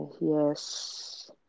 yes